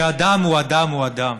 ושאדם הוא אדם הוא אדם.